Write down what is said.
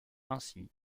ainsi